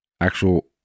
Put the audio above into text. actual